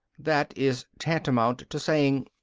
that is tantamount to saying,